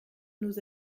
nous